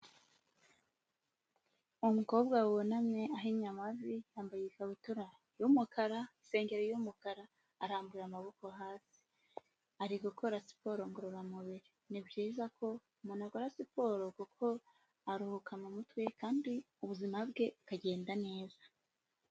Umukobwa wunamye ahinnye amavi, yambaye ikabutura y'umukara, isengeri y'umukara arambura amaboko hasi, ari gukora siporo ngororamubiri, ni byiza ko umuntu akora siporo, kuko aruhuka mu mutwe kandi ubuzima bwe bukagenda neza.